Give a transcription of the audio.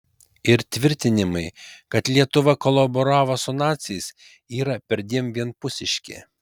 ir tvirtinimai kad lietuva kolaboravo su naciais yra perdėm vienpusiški